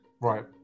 Right